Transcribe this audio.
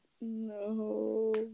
No